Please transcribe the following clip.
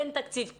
אין תקציב,